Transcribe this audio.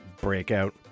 breakout